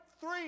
three